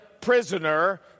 prisoner